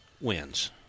wins